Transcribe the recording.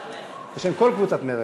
בשם כל קבוצת מרצ.